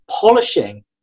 polishing